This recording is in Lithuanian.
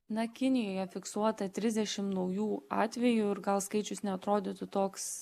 na kinijoje fiksuota trisdešim naujų atvejų ir gal skaičius neatrodytų toks